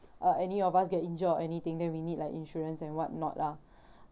uh any of us get injured or anything that we need like insurance and what not lah